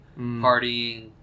partying